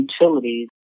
utilities